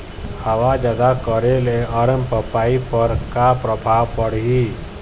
हवा जादा करे ले अरमपपई पर का परभाव पड़िही?